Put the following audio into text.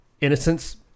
innocence